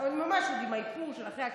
אבל ממש עוד עם האיפור של אחרי הכנסת,